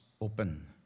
open